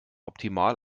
optimal